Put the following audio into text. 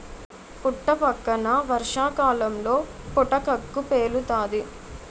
పుట్టపక్కన వర్షాకాలంలో పుటకక్కు పేలుతాది